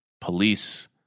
police